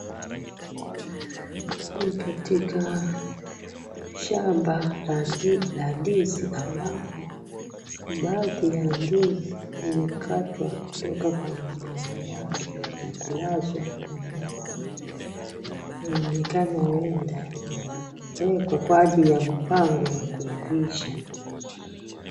Ni katika shamba la ndizi ambapo baadhi ya ndizi zimekatwa kutoka kwa migomba yake na kulazwa hapo mahali. Inaonekana huenda yanawekwa kwa ajili ya mpango wa kuivisha.